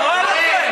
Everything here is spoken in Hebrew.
רק לענות לך,